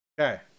Okay